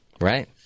Right